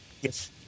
Yes